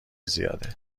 زیاده